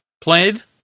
played